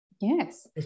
Yes